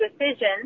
decision